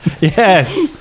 Yes